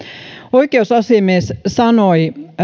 oikeusasiamies sanoi